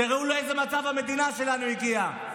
תראו לאיזה מצב המדינה שלנו הגיעה.